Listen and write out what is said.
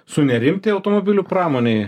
sunerimti automobilių pramonei